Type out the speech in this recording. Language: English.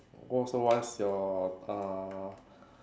oh so what's your uh